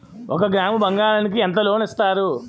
ఒక గ్రాము బంగారం కి ఎంత లోన్ ఇస్తారు?